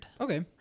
Okay